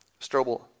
Strobel